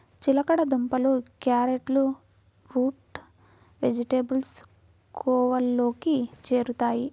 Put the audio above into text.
చిలకడ దుంపలు, క్యారెట్లు రూట్ వెజిటేబుల్స్ కోవలోకి చేరుతాయి